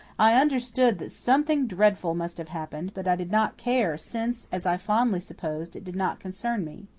i understood that something dreadful must have happened, but i did not care, since, as i fondly supposed, it did not concern me.